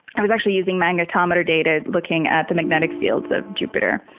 was actually using magnetometer data, looking at the magnetic fields of jupiter.